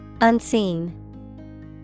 Unseen